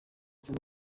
cyo